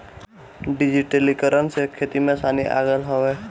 डिजिटलीकरण से खेती में आसानी आ गईल हवे